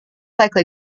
likely